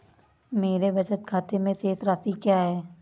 मेरे बचत खाते में शेष राशि क्या है?